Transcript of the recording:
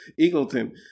Eagleton